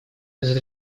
этот